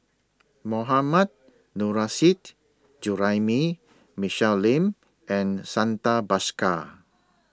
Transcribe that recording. Mohammad Nurrasyid Juraimi Michelle Lim and Santha Bhaskar